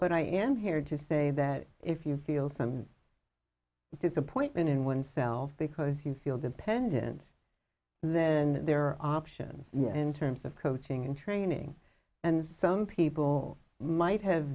but i am here to say that if you feel some disappointment in oneself because you feel dependent then there are options in terms of coaching and training and some people might have